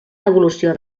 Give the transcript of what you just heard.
devolució